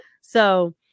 So-